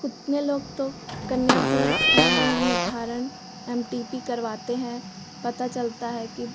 कितने लोग तो कन्या भ्रूण का लिंग निर्धारण एम टी पी करवाते हैं पता चलता है कि